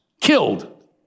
killed